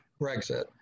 Brexit